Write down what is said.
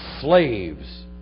slaves